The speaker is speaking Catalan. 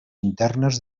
internes